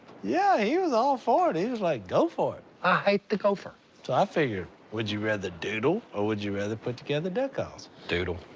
yeah, he was all for it. he was like, go for it. i hate the gopher. so i figure. would you rather doodle, or would you rather put together duck calls? doodle.